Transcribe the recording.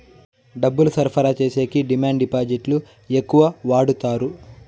డబ్బులు సరఫరా చేసేకి డిమాండ్ డిపాజిట్లు ఎక్కువ వాడుతారు